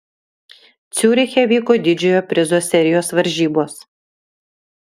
ciuriche vyko didžiojo prizo serijos varžybos